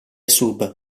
sub